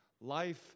life